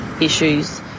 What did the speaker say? issues